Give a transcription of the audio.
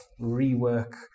rework